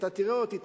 אתה תראה אותי,